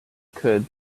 could